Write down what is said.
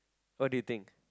what do you think